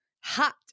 hot